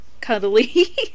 cuddly